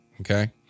okay